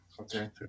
Okay